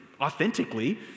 authentically